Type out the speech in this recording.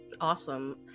Awesome